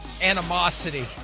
animosity